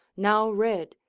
now red,